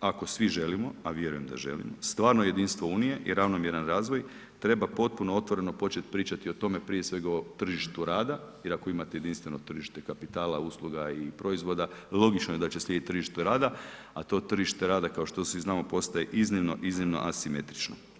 ako svi želimo, a vjerujem da želimo, stvarno jedinstvo Unije i ravnomjeran razvoj, treba potpuno otvoreno počet pričati o tome prije svega o tržištu rada jer ako imate jedinstveno tržište kapitala, usluga i proizvoda, logično je da će slijedit tržište rada, a to tržište rada, kao što svi znamo, postaje iznimno, iznimno asimetrično.